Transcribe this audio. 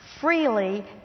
freely